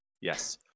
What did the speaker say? Yes